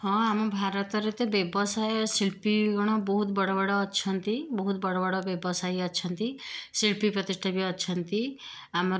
ହଁ ଆମ ଭାରତରେ ତ ବ୍ୟବସାୟ ଶିଳ୍ପୀଗଣ ବହୁତ ବଡ଼ବଡ଼ ଅଛନ୍ତି ବହୁତ ବଡ଼ବଡ଼ ବ୍ୟବସାୟୀ ଅଛନ୍ତି ଶିଳ୍ପୀ ପ୍ରତିଷ୍ଠା ବି ଅଛନ୍ତି ଆମର